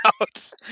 out